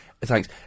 Thanks